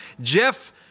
Jeff